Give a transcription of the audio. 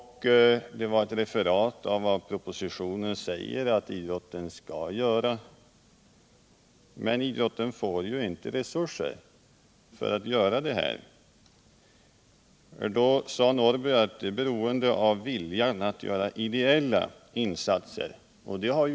Det var också ett referat av vad man i propositionen säger att idrotten skall göra. Men idrotten får ju inte resurser för att göra detta. Då sade herr Norrby att det är beroende av viljan att göra ideella insatser.